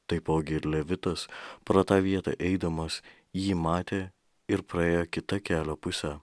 taipogi ir levitas pro tą vietą eidamas jį matė ir praėjo kita kelio puse